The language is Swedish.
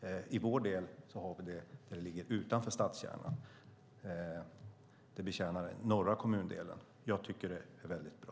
I vår del har vi ett medborgarkontor som ligger utanför stadskärnan, och det betjänar norra kommundelen. Jag tycker att det är väldigt bra.